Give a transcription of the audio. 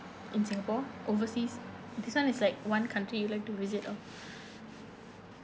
in singapore overseas this one is like one country you like to visit oh